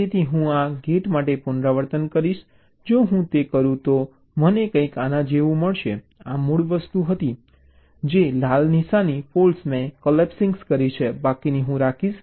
તેથી હું બધા ગેટ માટે પુનરાવર્તન કરીશ જો હું તે કરું તો મને કંઈક આના જેવું મળશે આ મૂળ વસ્તુ હતી જે લાલ નિશાનની ફૉલ્ટ્ મેં કોલેપ્સિંગ કરી છે બાકીની હું રાખીશ